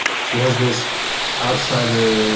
she has this outsider